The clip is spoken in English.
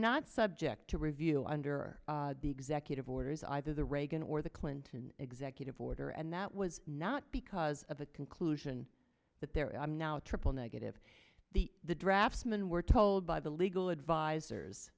not subject to review on the executive orders either the reagan or the clinton executive order and that was not because of a conclusion but there i'm now triple negative the the draftsman were told by the legal advisers